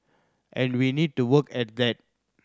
and we need to work at that